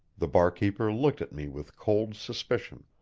the barkeeper looked at me with cold suspicion.